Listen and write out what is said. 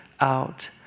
out